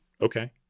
okay